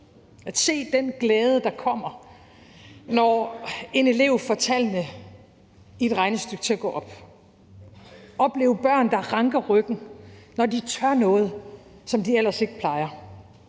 at se den glæde, der kommer, når en elev får tallene i et regnestykke til at gå op. Tænk at opleve børn, der ranker ryggen, når de tør noget, som de ellers ikke plejer.